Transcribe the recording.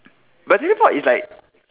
but teleport is like